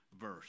verse